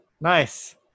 Nice